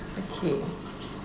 okay